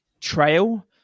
trail